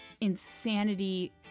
insanity